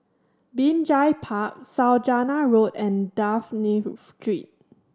Binjai Park Saujana Road and Dafne Street